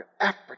Africa